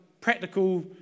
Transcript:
practical